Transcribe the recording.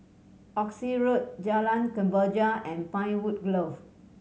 Oxley Road Jalan Kemboja and Pinewood Grove